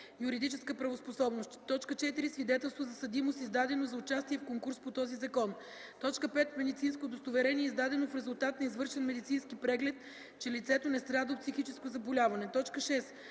юридическа правоспособност; 4. свидетелство за съдимост, издадено за участие в конкурс по този закон; 5. медицинско удостоверение, издадено в резултат на извършен медицински преглед, че лицето не страда от психическо заболяване; 6.